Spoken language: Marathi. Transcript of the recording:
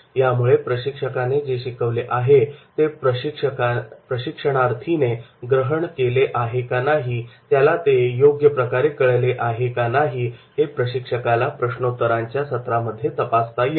यामुळे प्रशिक्षकाने जे शिकवले आहे ते प्रशिक्षणार्थीने ग्रहण केले आहे का नाही त्याला योग्य प्रकारे कळले आहे का नाही हे प्रशिक्षकाला प्रश्नोत्तरांच्या सत्रामध्ये तपासता येते